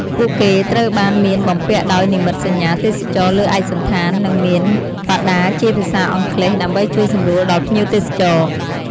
ពួកគេត្រូវបានមានបំពាក់ដោយនិមិត្តសញ្ញាទេសចរណ៍លើឯកសណ្ឋាន និងមានបដាជាភាសាអង់គ្លេស ដើម្បីជួយសម្រួលដល់ភ្ញៀវទេសចរ។